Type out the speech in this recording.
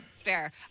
Fair